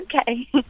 okay